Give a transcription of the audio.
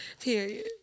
Period